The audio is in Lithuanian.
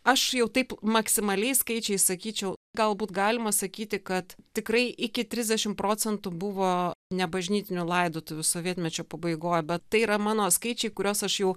aš jau taip maksimaliais skaičiais sakyčiau galbūt galima sakyti kad tikrai iki trisdešim procentų buvo nebažnytinių laidotuvių sovietmečio pabaigoj bet tai yra mano skaičiai kuriuos aš jau